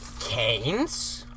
Cane's